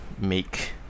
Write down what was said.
make